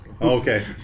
Okay